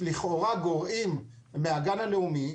לכאורה גורעים מן הגן הלאומי,